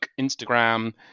instagram